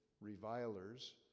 revilers